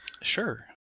Sure